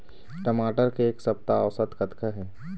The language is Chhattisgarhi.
टमाटर के एक सप्ता औसत कतका हे?